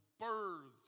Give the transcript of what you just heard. birthed